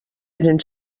hagen